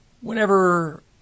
Whenever